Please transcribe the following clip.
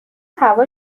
هوا